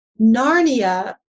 Narnia